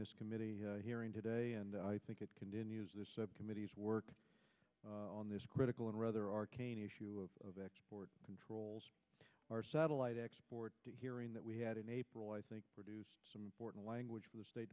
this committee hearing today and i think it continues the committee's work on this critical and rather arcane issue of export controls our satellite export to hearing that we had in april i think produced some foreign language for the state